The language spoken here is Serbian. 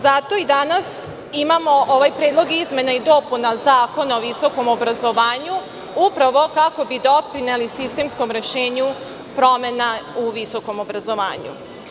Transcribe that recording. Zato i danas imamo ovaj Predlog izmena i dopuna Zakona o visokom obrazovanju upravo kako bi doprineli sistemskom rešenju promena u visokom obrazovanju.